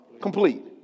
Complete